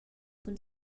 cun